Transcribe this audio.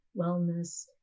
wellness